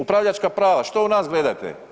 Upravljačka prava, što u nas gledate?